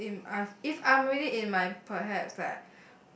if if I am really in my perhaps like